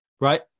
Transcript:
right